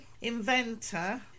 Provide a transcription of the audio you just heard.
inventor